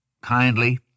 kindly